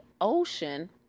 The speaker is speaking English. ocean